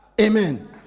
Amen